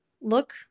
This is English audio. look